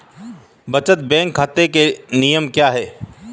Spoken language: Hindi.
बचत बैंक खाता के नियम क्या हैं?